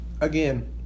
again